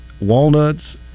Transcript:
walnuts